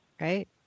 Right